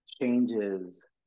changes